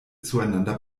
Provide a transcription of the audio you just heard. zueinander